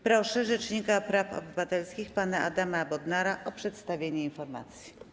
Proszę rzecznika praw obywatelskich pana Adama Bodnara o przedstawienie informacji.